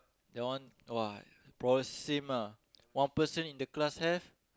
that one !wah! probably same ah one person in the class have